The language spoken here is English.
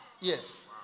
Yes